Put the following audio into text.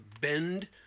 bend